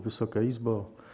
Wysoka Izbo!